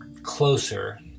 closer